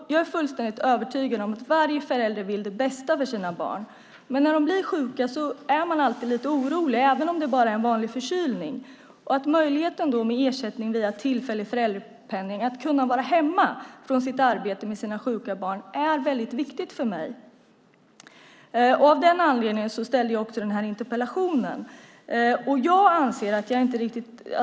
Jag är fullständigt övertygad om att varje förälder vill det bästa för sina barn. När barnen blir sjuka är man alltid lite orolig, även om det bara är en vanlig förkylning. Möjligheten att med ersättning via tillfällig föräldrapenning vara hemma från sitt arbete för att vara med sina sjuka barn är väldigt viktig för mig. Av den anledningen ställde jag också den här interpellationen.